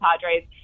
Padres